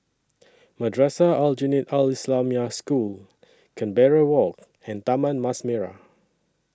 Madrasah Aljunied Al Islamic School Canberra Walk and Taman Mas Merah